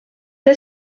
est